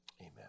Amen